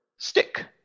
Stick